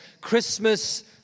Christmas